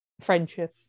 friendship